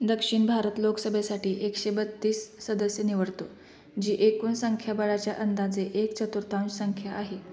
दक्षिण भारत लोकसभेसाठी एकशे बत्तीस सदस्य निवडतो जी एकूण संख्याबळाच्या अंदाजे एक चतुर्थांश संख्या आहे